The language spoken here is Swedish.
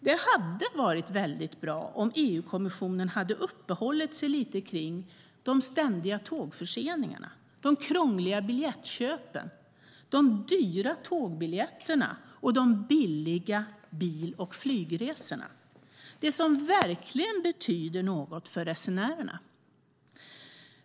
Det hade varit mycket bra om EU-kommissionen hade uppehållit sig lite grann kring de ständiga tågförseningarna, de krångliga biljettköpen, de dyra tågbiljetterna och de billiga bil och flygresorna, alltså det som verkligen betyder något för resenärerna.